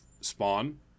spawn